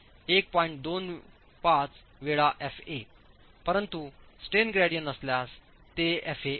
25 वेळाएफए परंतु strain gradient नसल्यास तेएफए आहे